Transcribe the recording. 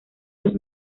los